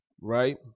right